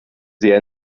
sehr